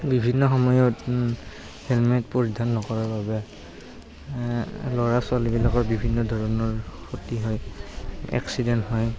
বিভিন্ন সময়ত হেলমেট পৰিধান নকৰাৰ বাবে ল'ৰা ছোৱালীবিলাকৰ বিভিন্ন ধৰণৰ ক্ষতি হয় এক্সিডেণ্ট হয়